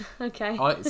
okay